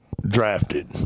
drafted